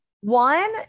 One